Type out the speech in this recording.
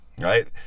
right